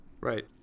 right